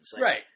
right